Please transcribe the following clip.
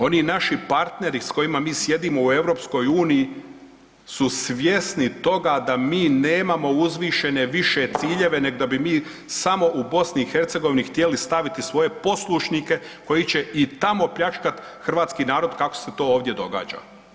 Oni naši partneri sa kojima mi sjedimo u EU su svjesni toga da mi nemamo uzvišene više ciljeve, nego da bi mi samo u Bosni i Hercegovini htjeli staviti svoje poslušnike koji će i tamo pljačkati Hrvatski narod kako se to ovdje događa.